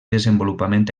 desenvolupament